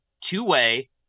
two-way